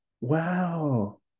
Wow